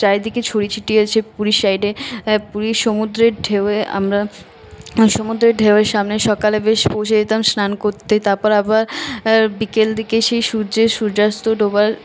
চারিদিকে ছড়িয়ে ছিটিয়ে আছে পুরীর সাইডে পুরীর সমুদ্রের ঢেউয়ে আমরা সমুদ্রের ঢেউয়ের সামনে সকালে বেশ পৌঁছে যেতাম স্নান করতে তারপর আবার বিকেল দিকে সেই সূর্যের সূর্যাস্ত ডোবার